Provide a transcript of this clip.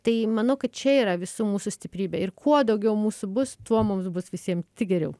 tai manau kad čia yra visų mūsų stiprybė ir kuo daugiau mūsų bus tuo mums bus visiem tik geriau